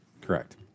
correct